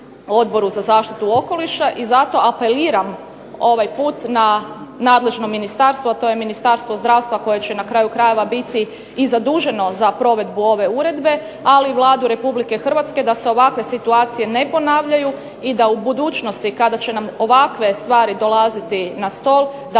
Odboru za zaštitu okoliša i zato apeliram ovaj put na nadležno ministarstvo, a to je Ministarstvo zdravstva koje će na kraju krajeva biti i zaduženo za provedbu ove uredbe, ali i Vladu RH da se ovakve situacije ne ponavljaju i da u budućnosti kada će nam ovakve stvari dolaziti na stol da